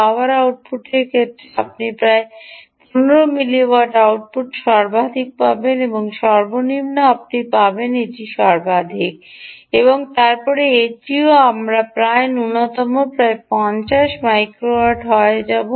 পাওয়ার আউটপুটের ক্ষেত্রে আপনি প্রায় 15 মিলি ওয়াট আউটপুট সর্বাধিক পাবেন এবং সর্বনিম্ন আপনি পাবেন এটি সর্বাধিক এবং তারপরে এটিও আমরা প্রায় ন্যূনতম প্রায় 50 মাইক্রো ওয়াট হয়ে যাব